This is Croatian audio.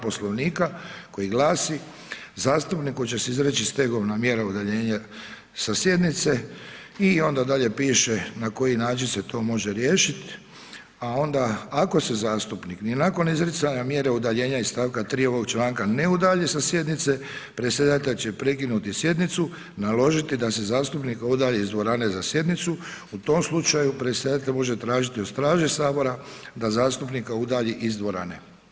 Poslovnika koji glasi zastupnik kojemu će se izreći stegovna mjera udaljenja sa sjednice i onda dalje piše na koji način se to može riješit a onda ako se zastupnik ni nakon izricanja mjere udaljenja iz stavka 3. ovog članka ne udalji sa sjednice, predsjedatelj će prekinuti sjednicu, naložiti da se zastupnika udalji iz dvorane za sjednicu, u tom slučaju predsjedatelj može tražiti od straže Sabora da zastupnika udalji iz dvorane.